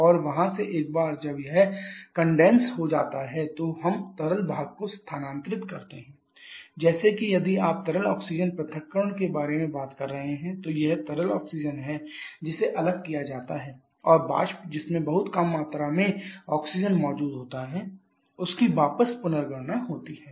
और वहाँ से एक बार जब यह संघनित हो जाता है तो हम तरल भाग को स्थानांतरित करते हैं जैसे कि यदि आप तरल ऑक्सीजन पृथक्करण के बारे में बात कर रहे हैं तो यह तरल ऑक्सीजन है जिसे अलग किया जाता है और वाष्प जिसमें बहुत कम मात्रा में ऑक्सीजन मौजूद होता है उसकी वापस पुनर्गणना होती है